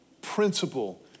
principle